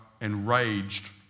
enraged